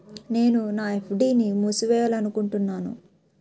నేను నా ఎఫ్.డి ని మూసివేయాలనుకుంటున్నాను